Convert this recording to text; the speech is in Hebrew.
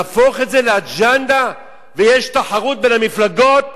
להפוך את זה לאג'נדה, ויש תחרות בין המפלגות